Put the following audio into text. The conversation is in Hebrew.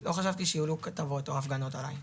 לא חשבתי שיהיו כתבות או הפגנות עליי.